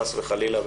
חס וחלילה,